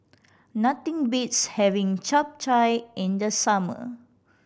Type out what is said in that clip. nothing beats having Chap Chai in the summer